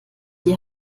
sich